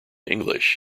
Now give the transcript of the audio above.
english